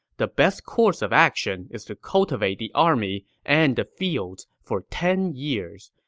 the best course of action is to cultivate the army and the fields for ten years.